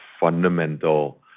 fundamental